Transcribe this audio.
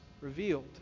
revealed